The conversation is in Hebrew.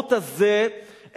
העימות הזה,